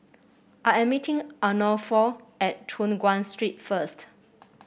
I am meeting Arnulfo at Choon Guan Street first